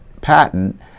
patent